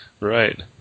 Right